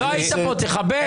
לא היית פה, תכבד.